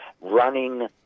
Running